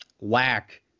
lack